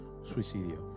Suicidio